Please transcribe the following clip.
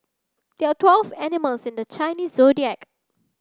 there are twelve animals in the Chinese Zodiac